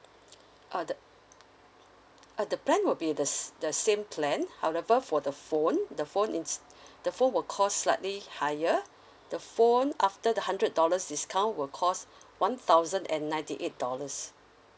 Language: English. uh the uh the plan will be the s~ the same plan however for the phone the phone it's the phone will cost slightly higher the phone after the hundred dollars discount will cost one thousand and ninety eight dollars